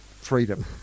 Freedom